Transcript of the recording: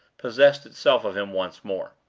possessed itself of him once more.